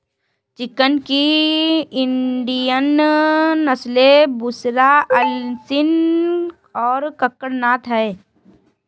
chicken की Indian नस्लें बुसरा, असील और कड़कनाथ हैं